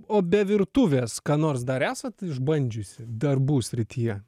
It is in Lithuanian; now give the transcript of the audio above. o be virtuvės ką nors dar esat išbandžiusi darbų srityje